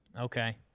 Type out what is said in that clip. Okay